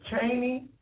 Cheney